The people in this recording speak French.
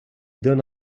donne